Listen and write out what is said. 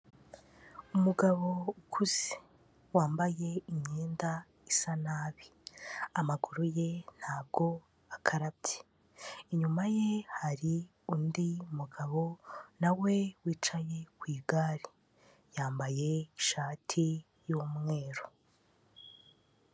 Umugabo ukuze wambaye imyenda isa nabi, amaguru ye ntabwo akarabye, inyuma ye hari undi mugabo na we wicaye ku igare yambaye ishati y'umweru.